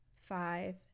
five